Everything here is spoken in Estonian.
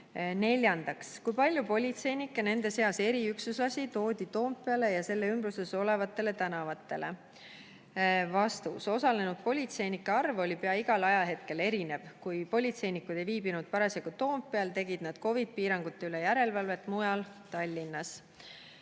Neljandaks: "Kui palju politseinikke, nende seas eriüksuslasi, toodi Toompeale ja selle ümbruses tänavatele?" Osalenud politseinike arv oli pea igal ajahetkel erinev. Kui politseinikud ei viibinud parasjagu Toompeal, tegid nad COVID‑i piirangute üle järelevalvet mujal Tallinnas.